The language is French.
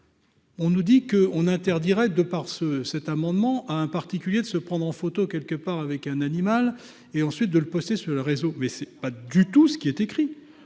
On nous dit que on interdirait de par ce cet amendement à un particulier de se prendre en photo quelque part avec un animal et ensuite de le poster sur le réseau mais c'est pas du tout ce qui est écrit